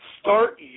Start